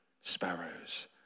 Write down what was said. sparrows